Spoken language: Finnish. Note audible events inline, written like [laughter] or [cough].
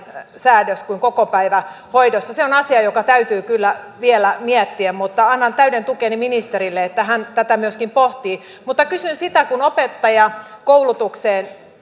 säädös kuin kokopäivähoidossa on asia joka täytyy kyllä vielä miettiä mutta annan täyden tukeni ministerille että hän tätä myöskin pohtii mutta kysyn kun opettajakoulutukseen [unintelligible]